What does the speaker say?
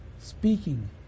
speaking